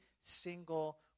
single